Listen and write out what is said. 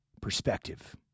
Perspective